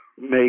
make